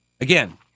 Again